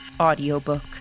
Audiobook